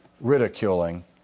ridiculing